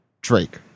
Drake